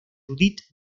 judith